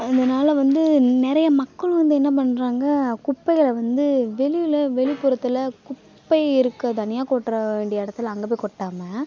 அதனால் வந்து நிறையா மக்களும் வந்து என்ன பண்ணுறாங்க குப்பைகளை வந்து வெளியில் வெளிப்புறத்தில் குப்பை இருக்குது தனியாக கொட்ட வேண்டிய இடத்துல அங்கே போய் கொட்டாமல்